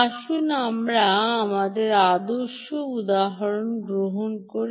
আসুন আমরা আমাদের আদর্শ উদাহরণ গ্রহণ করি